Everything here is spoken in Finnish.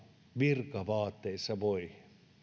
virkavaatteissa voi